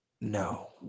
No